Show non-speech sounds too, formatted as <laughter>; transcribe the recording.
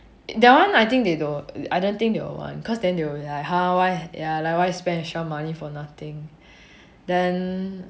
that one I think they don't want I don't think they will want cause then they will be like !huh! why ya like why spend extra money for nothing <breath> then